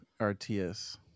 RTS